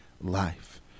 life